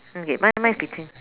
okay mine mine is between